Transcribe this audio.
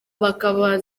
bakaba